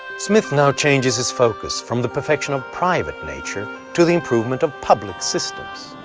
smith now changes his focus from the perfection of private nature to the improvement of public systems.